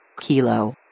Kilo